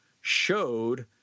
showed